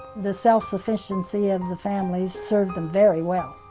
the self-sufficiency of the families served them very well.